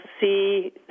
see